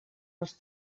els